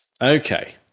Okay